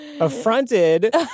affronted